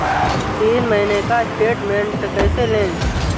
तीन महीने का स्टेटमेंट कैसे लें?